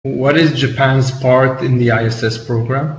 מה חלקה של יפן בתוכנית תחנת החלל הבינלאומית?